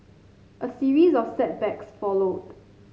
a series of setbacks followed